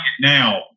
now